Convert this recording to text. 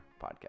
Podcast